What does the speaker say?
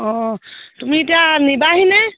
অঁ তুমি এতিয়া নিবাহিনে